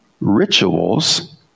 rituals